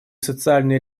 социальные